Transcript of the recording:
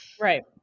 Right